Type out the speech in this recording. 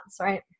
right